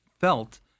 felt